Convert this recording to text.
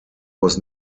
was